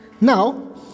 Now